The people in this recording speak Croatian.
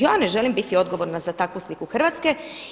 Ja ne želim biti odgovorna za takvu sliku Hrvatske.